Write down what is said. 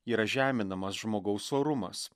yra žeminamas žmogaus orumas